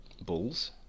bulls